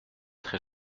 très